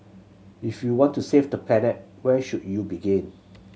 if you want to save the planet where should you begin